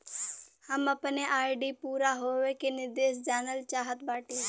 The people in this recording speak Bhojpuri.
हम अपने आर.डी पूरा होवे के निर्देश जानल चाहत बाटी